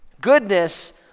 Goodness